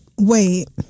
wait